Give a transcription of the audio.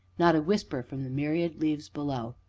not a whisper from the myriad leaves below.